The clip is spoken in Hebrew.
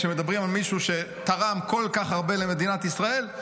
כשמדברים על מישהו שתרם כל כך הרבה למדינת ישראל,